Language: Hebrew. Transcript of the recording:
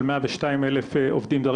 של 102 אלף עובדים זרים,